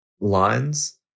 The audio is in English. lines